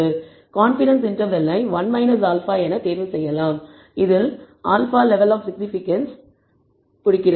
confidence இன்டர்வெல்லை 1 α என தேர்வு செய்யலாம் இதில் α லெவல் ஆப் சிக்னிபிகன்ஸ் ஐ குறிக்கிறது